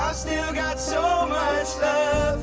ah still got so much